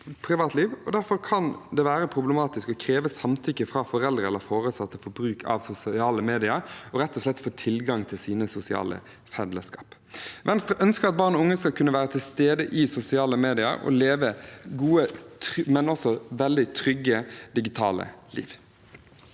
derfor kan det være problematisk å kreve samtykke fra foreldre eller foresatte for bruk av sosiale medier og rett og slett tilgang til sosiale fellesskap. Venstre ønsker at barn og unge skal kunne være til stede i sosiale medier og leve et godt og veldig trygt digitalt liv.